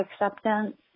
acceptance